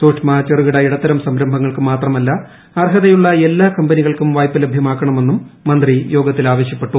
സുക്ഷ്മ ചെറുകിട ഇടത്തരം സംരംഭങ്ങൾക്ക് മാത്രമല്ല അർഹതയുള്ള എല്ലാ കമ്പനികൾക്കും വായ്പ ലഭ്യമാക്കണമെന്നും മന്ത്രി യോഗത്തിൽ ആവശ്യപ്പെട്ടു